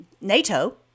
NATO